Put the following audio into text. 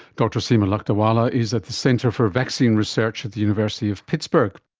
dr seema lakdawala is at the centre for vaccine research at the university of pittsburgh